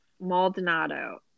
Maldonado